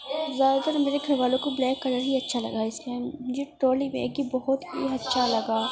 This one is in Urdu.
زیادہ تر میرے گھر والوں کو بلیک کلر ہی اچھا لگا اس لیے مجھے ٹرالی بیگ ہی بہت ہی اچھا لگا